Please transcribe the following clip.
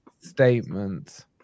Statement